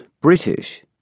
British